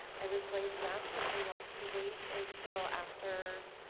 i was going to ask if they want to wait until after